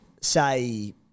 say